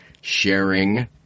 sharing